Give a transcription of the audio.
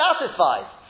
satisfied